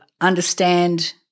understand